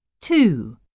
Two